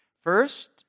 First